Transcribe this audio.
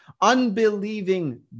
unbelieving